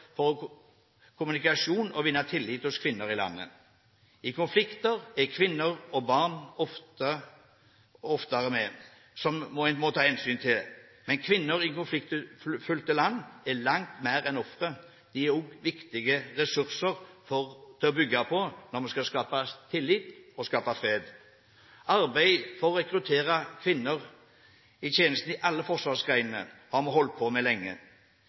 for kommunikasjon og til å vinne tillit hos kvinnene i landet. I konflikter er kvinner og barn ofte ofre, som man må ta hensyn til. Men kvinner i konfliktfylte land er langt mer enn ofre, de er også viktige ressurser å bygge på når vi skal skape tillit og sikre fred. Arbeidet for å rekruttere kvinner til tjeneste i alle forsvarsgrenene har vi holdt på med lenge.